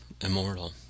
immortal